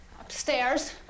upstairs